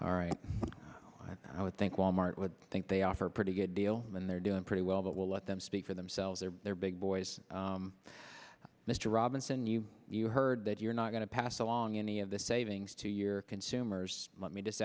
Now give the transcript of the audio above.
all right i would think wal mart would think they offer a pretty good deal and they're doing pretty well that will let them speak for themselves or their big boys mr robinson you heard that you're not going to pass along any of the savings to your consumers let me just